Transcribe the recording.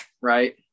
right